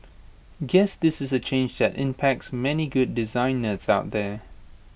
guess this is A change that impacts many good design nerds out there